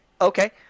Okay